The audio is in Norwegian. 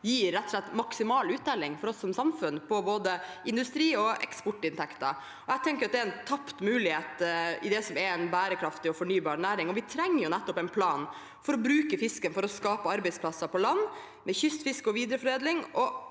spørretime 2024 mal uttelling for oss som samfunn på både industri- og eksportinntekter. Jeg tenker at det er en tapt mulighet for det som er en bærekraftig og fornybar næring. Vi trenger en plan for å bruke fisken til å skape arbeidsplasser på land, med kystfiske og videreforedling.